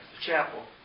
chapel